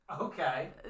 Okay